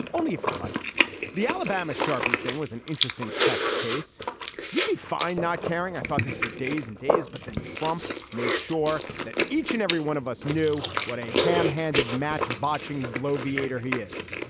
only if you'd like the alabama sharpie thing was an interesting test case you'd be fine not caring. i thought this for days and days but then trump made sure that each and every one of us knew what a ham handed match botching bloviate or he is.